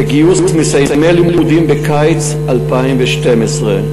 לגיוס מסיימי הלימודים בקיץ 2012,